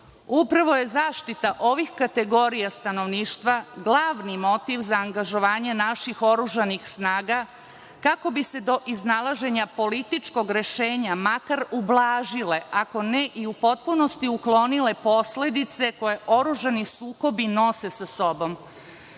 Upravo je zaštita ovih kategorija stanovništva glavni motiv za angažovanje naših oružanih snaga kako bi se do iznalaženja političkog rešenja makar ublažile, ako ne i u potpunosti uklonile posledice koje oružani sukobi nose sa